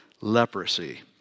leprosy